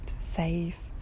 safe